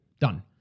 Done